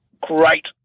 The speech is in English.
great